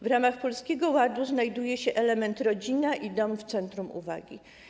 W ramach Polskiego Ładu znajduje się element „rodzina i dom w centrum uwagi”